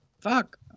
fuck